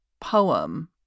poem